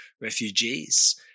refugees